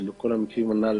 שבכל המקרים הנ"ל